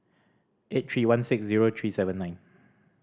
eight three one six zero three seven nine